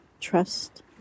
trust